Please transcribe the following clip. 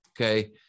okay